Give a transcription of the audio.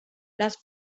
las